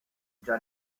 già